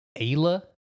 Ayla